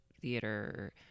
theater